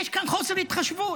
יש כאן חוסר התחשבות,